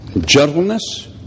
gentleness